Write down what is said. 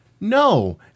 No